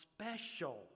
special